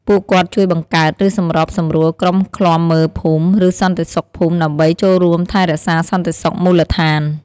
ពួកគាត់ជួយបង្កើត ឬសម្របសម្រួលក្រុមឃ្លាំមើលភូមិ ឬសន្តិសុខភូមិដើម្បីចូលរួមថែរក្សាសន្តិសុខមូលដ្ឋាន។